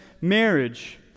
marriage